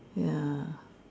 ya